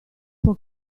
può